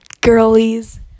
girlies